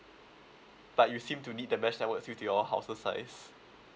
but you seem to need the mesh networks due to your house's size